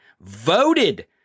voted